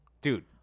Dude